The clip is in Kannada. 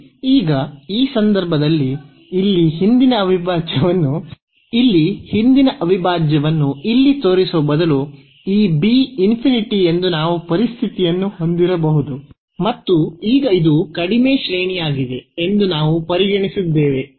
ಸರಿ ಈಗ ಈ ಸಂದರ್ಭದಲ್ಲಿ ಇಲ್ಲಿ ಹಿಂದಿನ ಅವಿಭಾಜ್ಯವನ್ನು ಇಲ್ಲಿ ತೋರಿಸುವ ಬದಲು ಈ b ಎಂದು ನಾವು ಪರಿಸ್ಥಿತಿಯನ್ನು ಹೊಂದಿರಬಹುದು ಮತ್ತು ಈಗ ಇದು ಕಡಿಮೆ ಶ್ರೇಣಿಯಾಗಿದೆ ಎಂದು ನಾವು ಪರಿಗಣಿಸಿದ್ದೇವೆ